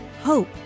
hope